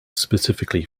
specifically